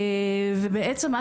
תודה.